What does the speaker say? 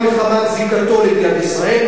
רק מחמת זיקתו למדינת ישראל,